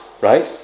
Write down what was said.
right